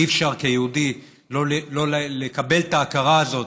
אי-אפשר כיהודי שלא לקבל את ההכרה הזאת